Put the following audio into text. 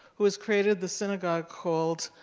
who has created the synagogue called,